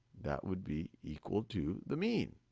that would be equal to the mean.